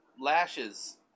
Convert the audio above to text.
lashes